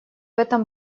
этом